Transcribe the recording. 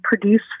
produce